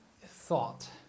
thought